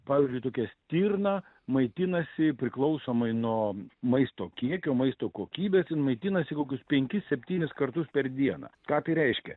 pavyzdžiui tokia stirna maitinasi priklausomai nuo maisto kiekio maisto kokybės jin maitinasi kokius penkis septynis kartus per dieną ką tai reiškia